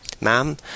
ma'am